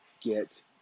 get